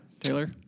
Taylor